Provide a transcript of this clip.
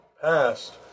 passed